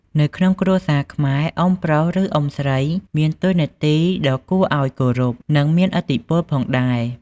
នៅក្នុងគ្រួសារខ្មែរ អ៊ុំប្រុស ឬ អ៊ុំស្រីមានតួនាទីដ៏គួរឱ្យគោរព និងមានឥទ្ធិពលផងដែរ។